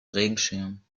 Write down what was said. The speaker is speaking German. regenschirm